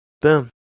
Boom